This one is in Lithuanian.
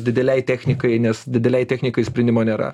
didelei technikai nes didelei technikai sprendimo nėra